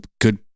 good